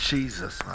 Jesus